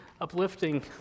uplifting